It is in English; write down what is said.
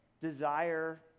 desire